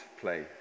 play